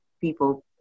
people